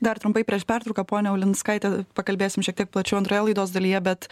dar trumpai prieš pertrauką ponia ulinskaite pakalbėsim šiek tiek plačiau antroje laidos dalyje bet